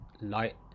light